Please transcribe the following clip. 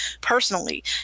personally